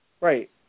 Right